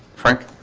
frank